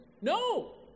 no